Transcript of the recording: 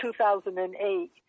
2008